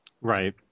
right